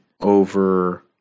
over